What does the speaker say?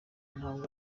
ntabwo